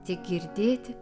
tik girdėti